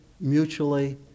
mutually